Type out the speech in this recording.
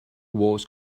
was